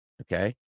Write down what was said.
okay